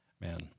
Man